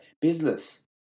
Business